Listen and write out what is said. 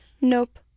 Nope